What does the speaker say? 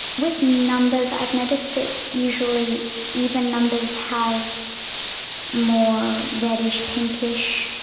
with numbers i've noticed that usually even numbers have more red-ish, pink-ish,